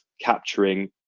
capturing